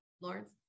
Lawrence